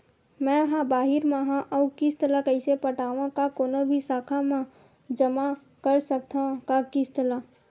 मैं हा बाहिर मा हाव आऊ किस्त ला कइसे पटावव, का कोनो भी शाखा मा जमा कर सकथव का किस्त ला?